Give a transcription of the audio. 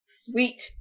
Sweet